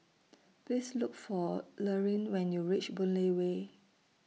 Please Look For Lurline when YOU REACH Boon Lay Way